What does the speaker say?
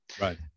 Right